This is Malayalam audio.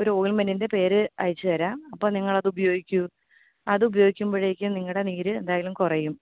ഒരു ഓൾമെൻറ്റിൻ്റെ പേര് അയച്ച് തരാം അപ്പം നിങ്ങളത് ഉപയോഗിക്കൂ അത് ഉപയോഗിക്കുമ്പോഴേക്കും നിങ്ങളുടെ നീര് എന്തായാലും കുറയും